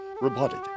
rebutted